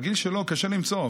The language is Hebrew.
בגיל שלו קשה למצוא,